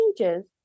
ages